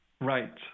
Right